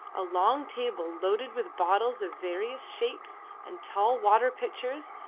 a long table loaded with bottles of various shapes and tall water-pitchers,